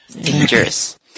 Dangerous